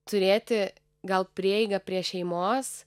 turėti gal prieigą prie šeimos